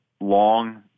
long